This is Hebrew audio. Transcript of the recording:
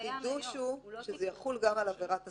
החידוש הוא שזה יחול גם על עבירת הסגרה.